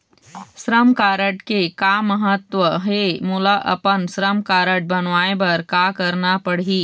श्रम कारड के का महत्व हे, मोला अपन श्रम कारड बनवाए बार का करना पढ़ही?